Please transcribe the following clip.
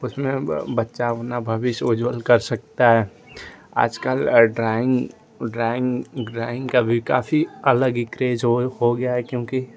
उसमें बच्चा अपना भविष्य उज्ज्वल कर सकता है आजकल ड्राइंग ड्राइंग ड्राइंग का भी काफ़ी अलग ही क्रेज हो गया है क्योंकि